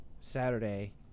Saturday